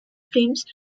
films